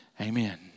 amen